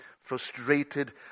frustrated